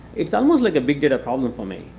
it's almost like a big data problem for me.